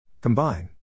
Combine